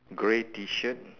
grey T shirt